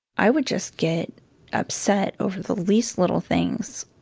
i would just get upset over the least little things.